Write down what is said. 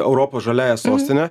europos žaliąja sostine